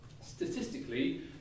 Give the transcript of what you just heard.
statistically